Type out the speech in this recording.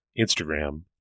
Instagram